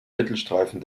mittelstreifen